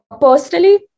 Personally